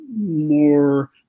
more